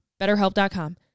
BetterHelp.com